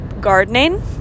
gardening